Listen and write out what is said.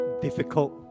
Difficult